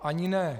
Ani ne.